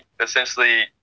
essentially